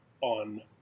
on